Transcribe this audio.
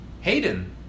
hayden